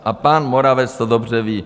A pan Moravec to dobře ví.